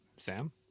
Sam